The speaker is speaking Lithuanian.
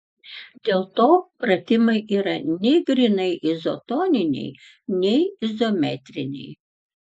dėl to pratimai yra nei grynai izotoniniai nei izometriniai